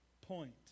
point